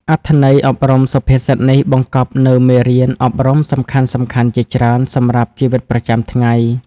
អត្ថន័យអប់រំសុភាសិតនេះបង្កប់នូវមេរៀនអប់រំសំខាន់ៗជាច្រើនសម្រាប់ជីវិតប្រចាំថ្ងៃ។